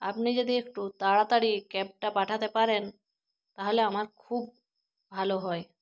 আপনি যদি একটু তাড়াতাড়ি ক্যাবটা পাঠাতে পারেন তাহলে আমার খুব ভালো হয়